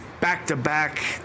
back-to-back